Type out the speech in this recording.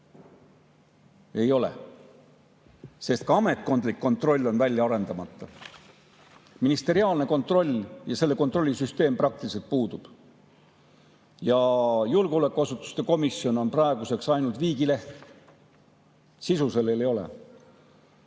ei ole, sest ka ametkondlik kontroll on välja arendamata. Ministeriaalne kontroll, selle kontrolli süsteem praktiliselt puudub. Ja julgeolekuasutuste erikomisjon on praeguseks ainult viigileht. Sisu sellel ei